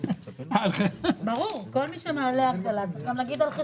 לכן כל מי שרוצה להגיש הסתייגויות זה